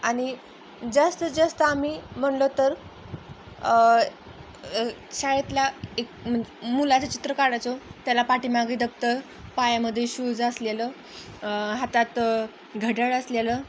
आणि जास्तीत जास्त आम्ही म्हणलं तर शाळेतला एक म्हनज मुलाचं चित्र काढायचो त्याला पाठीमागे दफ्तर पायामध्ये शूज असलेलं हातात घड्याळ असलेलं